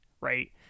right